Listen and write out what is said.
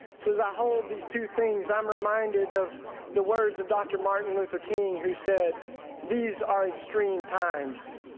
so as i hold these two things, i'm reminded of the words of dr. martin luther king, who said these are extreme times.